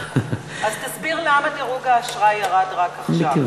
אז תסביר למה דירוג האשראי ירד רק עכשיו,